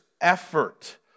effort